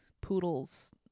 poodles